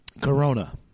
Corona